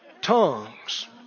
tongues